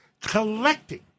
collecting